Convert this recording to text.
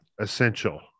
essential